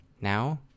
Now